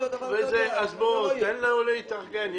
תן לו להתארגן,